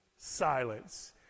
silence